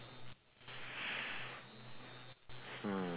mm